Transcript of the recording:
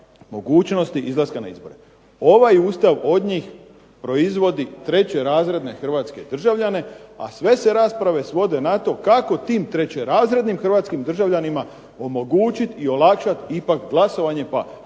mogućnosti izlaska na izbore. Ovaj Ustav od njih proizvodi trećerazredne hrvatske državljane, a sve se rasprave svode na to kako tim trećerazrednim hrvatskim državljanima omogućiti i olakšati ipak glasovanje pa